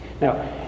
Now